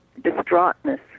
distraughtness